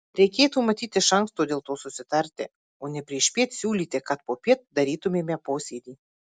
reikėtų matyt iš anksto dėl to susitarti o ne priešpiet siūlyti kad popiet darytumėme posėdį